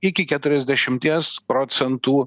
iki keturiasdešimties procentų